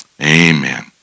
amen